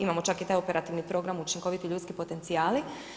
Imamo čak i taj operativni program učinkoviti ljudski potencijali.